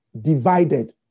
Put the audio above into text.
divided